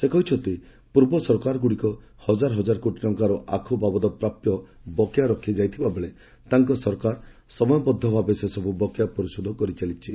ସେ କହିଛନ୍ତି ପୂର୍ବ ସରକାରଗୁଡ଼ିକ ହଜାର ହଜାର କୋଟି ଟଙ୍କାର ଆଖୁ ବାବଦ ପ୍ରାପ୍ୟ ବକେୟା ରଖି ଯାଇଥିବାବେଳେ ତାଙ୍କ ସରକାର ସମୟବଦ୍ଧ ଭାବରେ ସେସବୁ ବକେୟା ପରିଶୋଧ କରିଚାଲିଛି